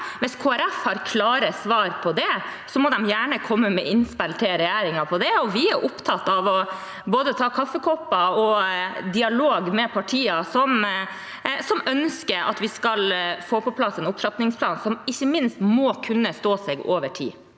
Folkeparti har klare svar på det, må de gjerne komme med innspill til regjeringen. Vi er opptatt av både kaffekopper og å ha dialog med partier som ønsker at vi skal få på plass en opptrappingsplan, som ikke minst må kunne stå seg over tid.